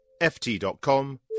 ft.com